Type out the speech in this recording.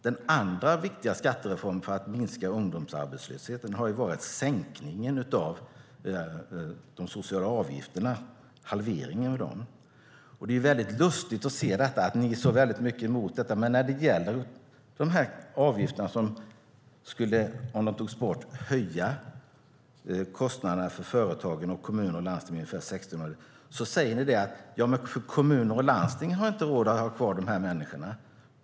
Det andra är den viktiga skattereformen för att minska ungdomsarbetslösheten, nämligen halveringen av de sociala avgifterna. Det är väldigt lustigt att se att ni är så mycket emot de här avgifterna som om de togs bort skulle höja kostnaderna för företagen och kommunerna och landstingen. Sedan säger ni att kommuner och landsting inte har råd att ha kvar de här människorna.